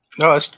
No